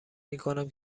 میکنم